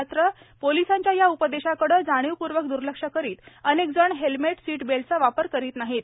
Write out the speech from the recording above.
मात्र पोलिसांच्या या उपदेशाकडे जाणीवपूर्वक दूर्लक्ष करीत अनेक जण हेल्मेट सीट बेल्टचा वापर करीत नाहीत